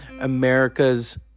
America's